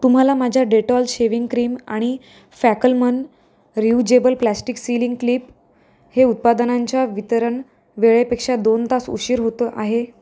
तुम्हाला माझ्या Dettol shaving cream आणि फॅकलमन रियुजेबल प्लास्टिक सिलिंग क्लिप हे उत्पादनांच्या वितरण वेळेपेक्षा दोन तास उशीर होतो आहे